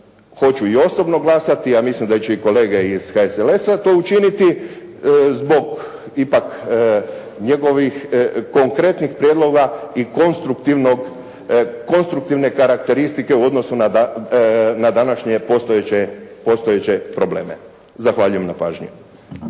hoću i osobno glasati, ja mislim da će i kolege iz HSLS-a to učiniti zbog ipak njegovih konkretnih prijedloga i konstruktivne karakteristike u odnosu na današnje postojeće probleme. Zahvaljujem na pažnji.